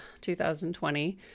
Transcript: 2020